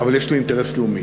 אבל יש לי אינטרס לאומי,